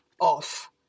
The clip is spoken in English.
off